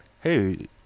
Hey